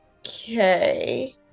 Okay